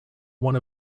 one